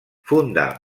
fundà